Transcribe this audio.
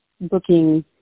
booking